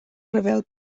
ryfel